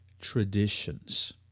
traditions